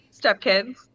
stepkids